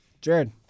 Jared